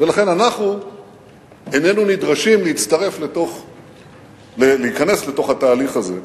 ולכן אנחנו איננו נדרשים להיכנס לתהליך הזה.